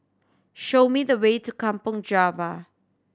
show me the way to Kampong Java